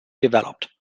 developed